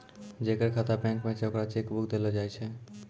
जेकर खाता बैंक मे छै ओकरा चेक बुक देलो जाय छै